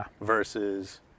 versus